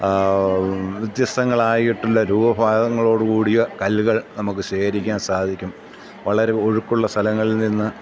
വ്യത്യസ്തങ്ങളായിട്ടുള്ള രൂപഭേദങ്ങളോടുകൂടിയ കല്ലുകൾ നമുക്ക് ശേഖരിക്കാൻ സാധിക്കും വളരെ ഒഴുക്കുള്ള സ്ഥലങ്ങളിൽ നിന്ന്